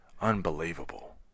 unbelievable